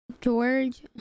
George